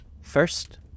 First